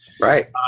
Right